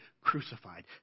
crucified